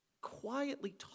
quietly